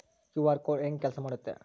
QR code ಹೆಂಗ ಕೆಲಸ ಮಾಡುತ್ತೆ?